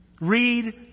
Read